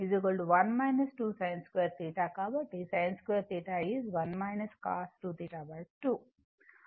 కాబట్టి sin 2 θ 1 cos 2 2